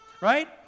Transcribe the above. right